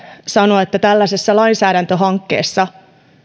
sanoa että tällaisessa lainsäädäntöhankkeessa